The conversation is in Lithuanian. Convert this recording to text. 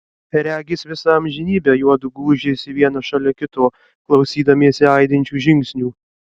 regis visą amžinybę juodu gūžėsi vienas šalia kito klausydamiesi aidinčių žingsnių